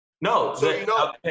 no